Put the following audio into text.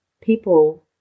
people